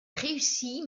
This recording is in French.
réussit